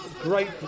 great